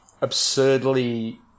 absurdly